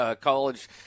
college –